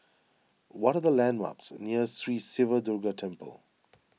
what are the landmarks near Sri Siva Durga Temple